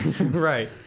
Right